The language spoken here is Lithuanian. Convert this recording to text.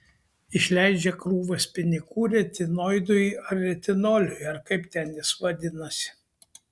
išleidžia krūvas pinigų retinoidui ar retinoliui ar kaip ten jis vadinasi